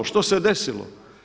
Što se desilo?